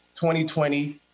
2020